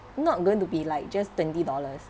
not going to be like just twenty dollars